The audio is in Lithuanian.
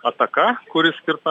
ataka kuri skirta